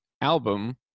album